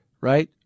right